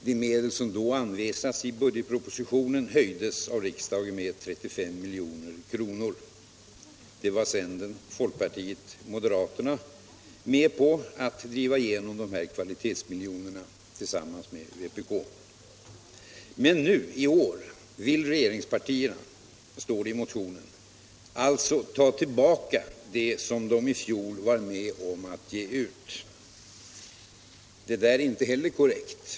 De medel som då anvisats i budgetpropositionen höjdes av riksdagen med 35 milj.kr. Centern, folkpartiet och moderaterna var med på att driva igenom de här kvalitetsmiljonerna tillsammans med vpk. Men i år vill regeringspartierna — står det i motionen — ”alltså ta tillbaka det som de i fjol var med om att ge ut”. Detta är inte heller korrekt.